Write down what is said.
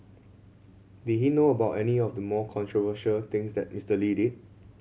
did he know about any of the more controversial things that Mister Lee did